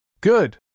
Good